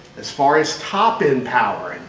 as far as top end power, and